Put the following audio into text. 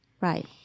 Right